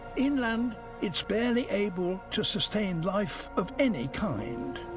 inland it's barely able to sustain life of any kind,